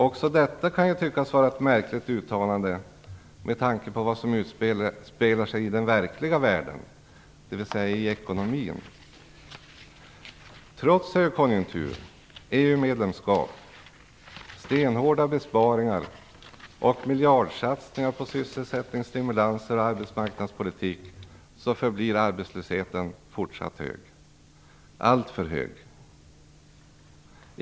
Också detta kan ju tyckas vara ett märkligt uttalande med tanke på vad som utspelar sig i den verkliga världen, dvs. i ekonomin. Trots högkonjunktur, EU-medlemskap, stenhårda besparingar och miljardsatsningar på sysselsättningsstimulanser och arbetsmarknadspolitik så förblir arbetslösheten fortsatt hög, alltför hög.